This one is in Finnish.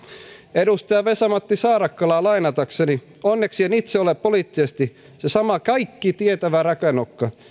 edustaja vesa matti saarakkalaa lainatakseni onneksi en itse ole poliittisesti se sama kaikkitietävä räkänokka